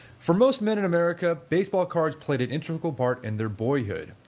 for most men in america, baseball cards played an integral part in their boyhood,